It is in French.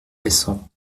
récents